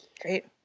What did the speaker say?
Great